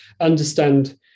understand